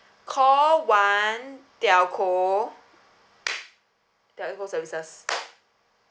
call one telco telco services